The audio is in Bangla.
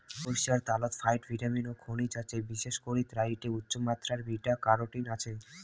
সইরষার ত্যালত ফাইক ভিটামিন ও খনিজ আছে, বিশেষ করি এ্যাইটে উচ্চমাত্রার বিটা ক্যারোটিন আছে